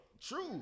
True